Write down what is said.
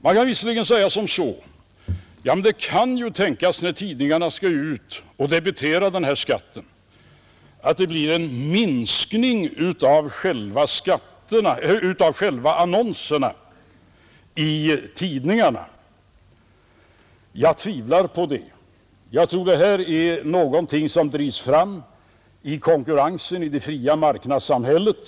Det kan visserligen sägas att när tidningarna skall debitera den här skatten så kan det tänkas att det blir en minskning av annonseringen i tidningarna, men jag tvivlar på det. Jag tror att annonseringen är någonting som drivs fram av konkurrensen i det fria marknadssamhället.